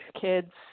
kids